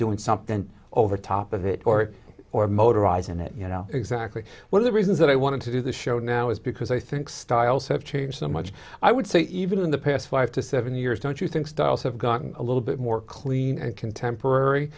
doing something over top of it or it or motorized and it you know exactly what are the reasons that i want to do the show now is because i think styles have changed so much i would say even in the past five to seven years don't you think styles have gotten a little bit more clean and contemporary